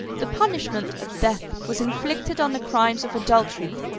the punishment of death was inflicted on the crimes of adultery,